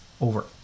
over